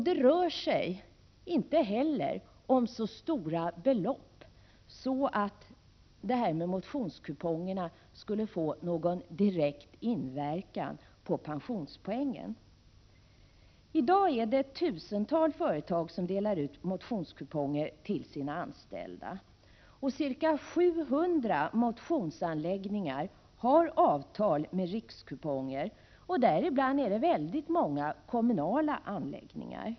Det rör sig inte heller om så stora belopp att motionskupongerna skulle få någon direkt inverkan på pensionspoängen. I dag är det ett tusental företag som delar ut motionskuponger till sina anställda. Ca 700 motionsanläggningar har avtal med Rikskuponger, däribland väldigt många kommunala anläggningar.